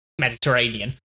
Mediterranean